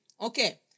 okay